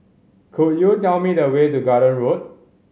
could you tell me the way to Garden Road